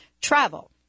travel